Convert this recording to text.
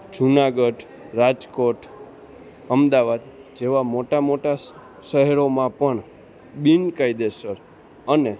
જુનાગઢ રાજકોટ અમદાવાદ જેવા મોટા મોટા શ શહેરોમાં પણ બિનકાયદેસર અને